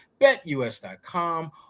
BetUS.com